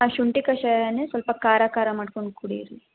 ಹಾಂ ಶುಂಠಿ ಕಷಾಯನೇ ಸ್ವಲ್ಪ ಖಾರ ಖಾರ ಮಾಡಿಕೊಂಡು ಕುಡಿಯಿರಿ